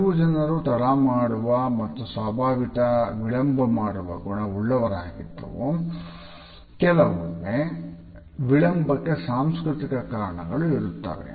ಕೆಲವು ಜನರು ತಡಮಾಡುವ ಮತ್ತು ಸವಿಭಾವತಃ ವಿಳಂಬ ಮಾಡುವ ಗುಣ ಉಳ್ಳವರಾಗಿದ್ದು ಕೆಲವೊಮ್ಮೆ ವಿಳಂಬಕ್ಕೆ ಸಾಂಸ್ಕೃತಿಕ ಕಾರಣಗಳು ಇರುತ್ತವೆ